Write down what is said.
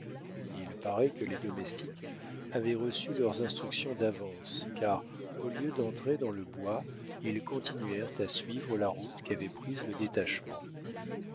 il paraît que les domestiques avaient reçu leurs instructions d'avance car au lieu d'entrer dans le bois ils continuèrent à suivre la route qu'avait prise le détachement